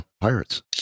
Pirates